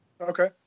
okay